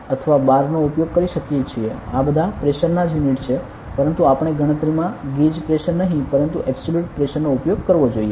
આ બધા પ્રેશર ના જ યુનિટ છે પરંતુ આપણે ગણતરીમાં ગેજ પ્રેશર નહીં પરંતુ એબ્સોલ્યુટ પ્રેશર નો ઉપયોગ કરવો જોઈએ